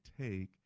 take